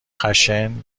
خشن